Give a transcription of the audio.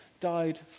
died